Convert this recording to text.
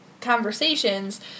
conversations